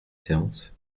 séance